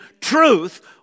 truth